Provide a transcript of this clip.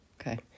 Okay